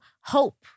hope